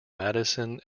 madison